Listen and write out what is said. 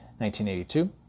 1982